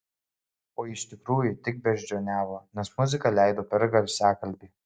o iš tikrųjų tik beždžioniavo nes muziką leido per garsiakalbį